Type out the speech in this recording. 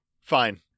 Fine